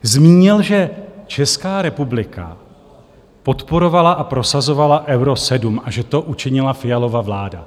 Zmínil, že Česká republika podporovala a prosazovala Euro 7 a že to učinila Fialova vláda.